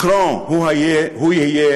מקרון, הוא יהיה